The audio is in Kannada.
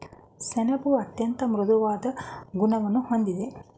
ಸೆಣಬು ಅತ್ಯಂತ ಮೃದುವಾದ ಗುಣವನ್ನು ಹೊಂದಿದೆ